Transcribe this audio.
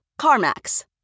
CarMax